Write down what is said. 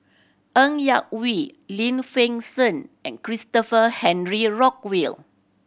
Ng Yak Whee Lim Fen Shen and Christopher Henry Rothwell